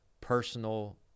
personal